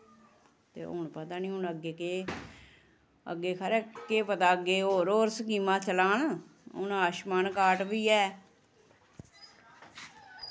ते हून पता निं हून अग्गें केह् अग्गें खरै केह् पता अग्गें होर होर स्कीमां चलान हून आयुशमान कार्ट बी है